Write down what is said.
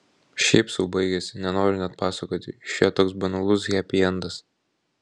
šiaip sau baigėsi nenoriu net pasakoti išėjo toks banalus hepiendas